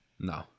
No